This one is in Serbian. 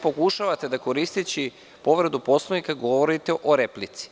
Pokušavate da, koristeći povredu Poslovnika, govorite o replici.